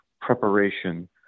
preparation